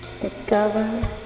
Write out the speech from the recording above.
discover